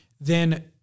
then-